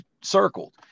circled